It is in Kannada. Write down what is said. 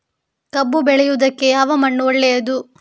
ಕಬ್ಬು ಬೆಳೆಯುವುದಕ್ಕೆ ಯಾವ ಮಣ್ಣು ಒಳ್ಳೆಯದು?